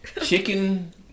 Chicken